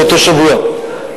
באותו שבוע.